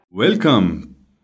Welcome